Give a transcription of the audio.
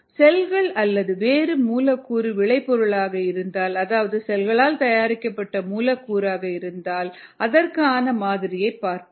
செல்கள் அல்லது வேறு மூலக்கூறு விளை பொருளாக இருந்தால் அதாவது செல்களால் தயாரிக்கப்பட்ட மூலக்கூறாக இருந்தால் அதற்கான மாதிரியைப் பார்ப்போம்